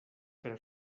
per